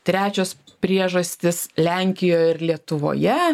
trečios priežastys lenkijoje ir lietuvoje